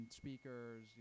speakers